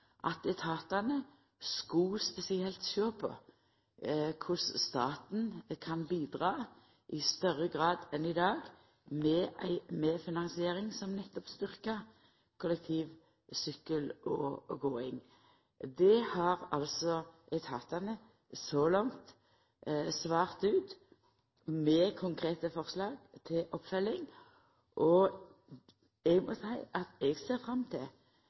at etatane skulla spesielt sjå på korleis staten kan bidra i større grad enn i dag med ei medfinansiering som nettopp styrkjar kollektivtransport, sykkel og gåing. Etatane har så langt svart med konkrete forslag til oppfølging, og eg må seia at eg ser fram til